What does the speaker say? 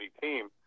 team